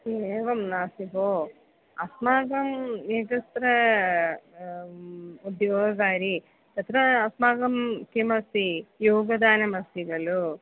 किम् एवं नास्ति भो अस्माकम् एकत्र उद्योगकारी तत्र अस्माकं किमस्ति योगदानमस्ति खलु